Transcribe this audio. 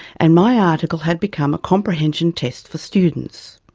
and my article had become a comprehension test for students.